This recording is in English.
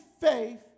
faith